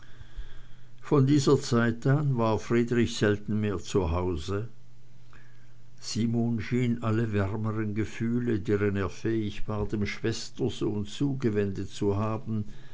von dieser zeit an war friedrich selten mehr zu hause simon schien alle wärmern gefühle deren er fähig war dem schwestersohn zugewendet zu haben